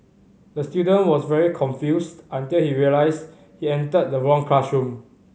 the student was very confused until he realised he entered the wrong classroom